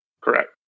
Correct